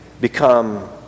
become